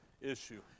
issue